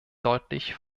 deutlich